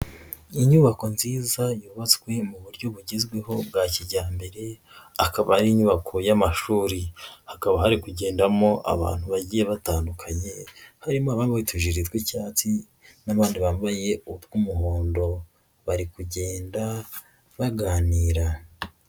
Inyubako nziza yubatswe mu buryo bugezweho bwa kijyambere, akaba ari inyubako y'amashuri. Hakaba hari kugendamo abantu bagiye batandukanye, harimo abambaye utujeri tw'icyatsi n'abandi bambaye utw'umuhondo, bari kugenda baganira.